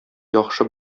яхшы